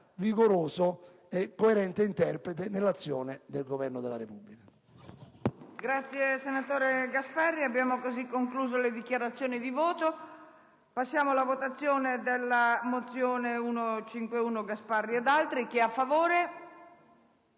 vigoroso e coerente interprete nell'azione del Governo della Repubblica.